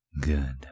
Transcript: good